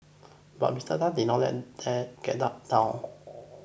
but Mister Tan did not let that get him down